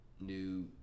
new